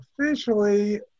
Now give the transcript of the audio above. officially